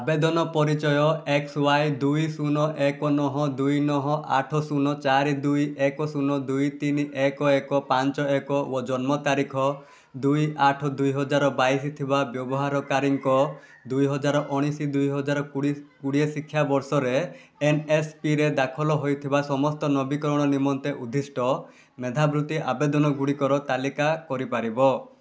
ଆବେଦନ ପରିଚୟ X Y ଦୁଇ ଶୂନ ଏକ ନଅ ଦୁଇ ନଅ ଆଠ ଶୂନ ଚାରି ଦୁଇ ଏକ ଶୂନ ଦୁଇ ତିନି ଏକ ଏକ ପାଞ୍ଚ ଏକ ଓ ଜନ୍ମ ତାରିଖ ଦୁଇ ଆଠ ଦୁଇହଜାର ବାଇଶ ଥିବା ବ୍ୟବହାରକାରୀଙ୍କ ଦୁଇହଜାରଉଣେଇଶ ଦୁଇହଜାରକୋଡ଼ିଏ ଶିକ୍ଷା ବର୍ଷରେ ଏନ୍ଏସ୍ପିରେ ଦାଖଲ ହୋଇଥିବା ସମସ୍ତ ନବୀକରଣ ନିମନ୍ତେ ଉଦ୍ଦିଷ୍ଟ ମେଧାବୃତ୍ତି ଆବେଦନଗୁଡ଼ିକର ତାଲିକା କରିପାରିବ